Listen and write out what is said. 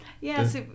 Yes